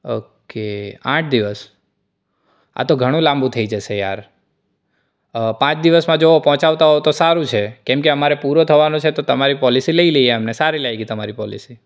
okay આઠ દિવસ આ તો ઘણું લાબું થઈ જશે યાર પાંચ દિવસમાં જો પહોંચાડતા હો તો સારું છે કેમ કે અમારે પૂરો થવાનો છે તો અમે લઈ લઈએ સારી લાગી તમારી પોલિસી